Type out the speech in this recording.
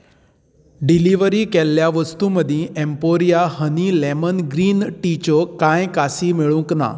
delivery केल्ल्या वस्तूं मदीं एम्पेरिया हनी लेमन ग्रीन टीच्यो कांय कासी मेळूंंक ना